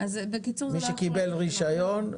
מי שקיבל רישיון,